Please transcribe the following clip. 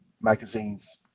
magazines